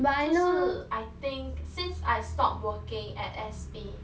就是 I think since I stopped working at S_P